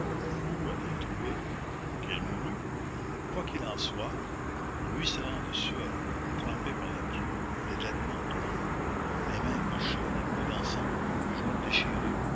où a-t-il trouvé qu'il mourût quoi qu'il en soit ruisselant de sueur trempé par la pluie les vêtements en lambeaux les mains écorchées les coudes en sang les genoux déchirés